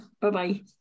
Bye-bye